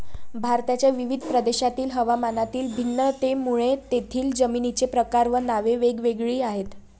भारताच्या विविध प्रदेशांतील हवामानातील भिन्नतेमुळे तेथील जमिनींचे प्रकार व नावे वेगवेगळी आहेत